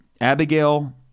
Abigail